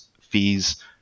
fees